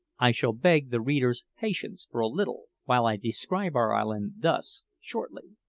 i shall beg the reader's patience for a little while i describe our island, thus, shortly